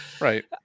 Right